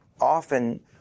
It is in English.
often